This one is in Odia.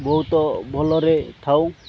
ବହୁତ ଭଲରେ ଥାଉ